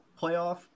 playoff